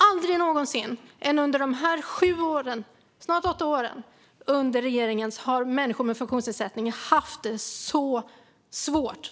Aldrig någonsin annars än under de sju, snart åtta, åren med den här regeringen har människor med funktionsnedsättning haft det så svårt.